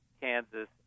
Kansas